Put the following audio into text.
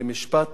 במשפט